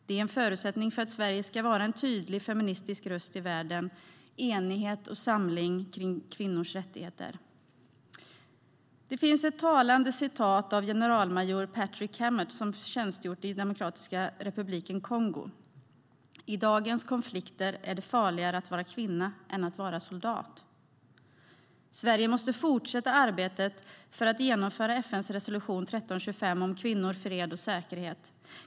Det är en förutsättning för att Sverige ska vara en tydlig feministisk röst i världen - enighet och samling kring kvinnors rättigheter. Det finns ett talande citat av generalmajor Patrick Cammaert som tjänstgjort i Demokratiska republiken Kongo: I dagens konflikter är det farligare att vara kvinna än att vara soldat. Sverige måste fortsätta arbetet för att genomföra FN:s resolution 1325 om kvinnor, fred och säkerhet.